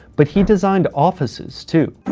but he designed offices too.